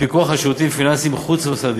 הפיקוח על שירותים פיננסיים חוץ-מוסדיים.